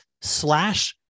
slash